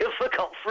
difficult